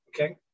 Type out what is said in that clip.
okay